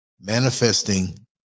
manifesting